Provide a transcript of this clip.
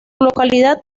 localidad